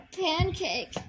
pancake